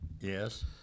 Yes